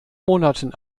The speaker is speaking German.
monaten